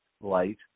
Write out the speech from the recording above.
light